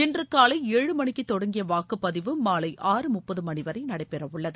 இன்று காலை ஏழு மணிக்கு தொடங்கிய வாக்குப்பதிவு மாலை ஆறு முப்பது மணி வரை நடைபெறவுள்ளது